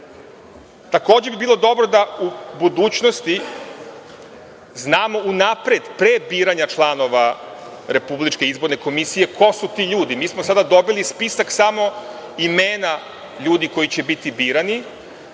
radu. Takođe bi bilo dobro da u budućnosti znamo unapred, pre biranja članova Republičke izborne komisije ko su ti ljudi. Mi smo sada dobili spisak samo imena ljudi koji će biti birani.